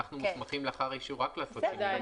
ולאחר האישור אנחנו מוסמכים לעשות רק שינויים טכניים.